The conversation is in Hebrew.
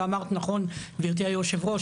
ואמרת נכון גברתי היו"ר,